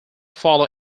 follow